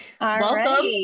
welcome